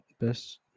best